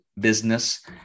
business